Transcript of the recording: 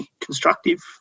constructive